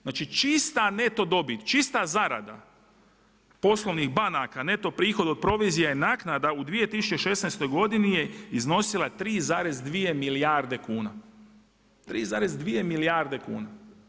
Znači čista neto dobit, čista zarada poslovnih banaka neto prihoda od provizija i naknada u 2016. godini je iznosila 3,2 milijarde kuna.